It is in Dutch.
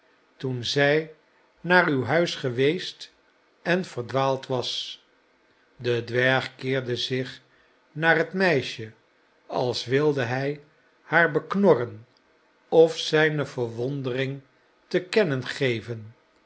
toen zij naar uw huis geweest en verdwaald was de dwerg keerde zich naar het meisje als wilde hij haar beknorren of zijne verwondering te kennen geven